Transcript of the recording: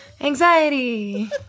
anxiety